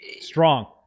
strong